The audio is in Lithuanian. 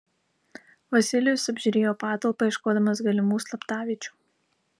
vasilijus apžiūrėjo patalpą ieškodamas galimų slaptaviečių